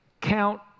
count